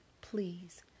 please